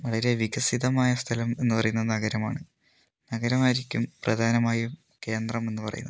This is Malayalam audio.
വളരെ വികസിതമായാ സ്ഥലം എന്ന് പറയുന്നത് നഗരമാണ് നഗരമായിരിക്കും പ്രദാനമായും കേന്ദ്രം എന്ന് പറയുന്നത്